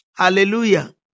Hallelujah